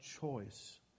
choice